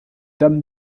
dames